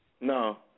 No